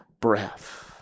breath